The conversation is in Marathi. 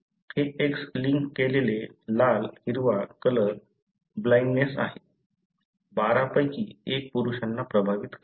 हे X लिंक केलेले लाल हिरवा कलर ब्लाइंडनेस आहे 12 पैकी 1 पुरुषांना प्रभावित करते